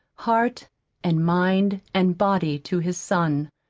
heart and mind and body, to his son.